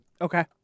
Okay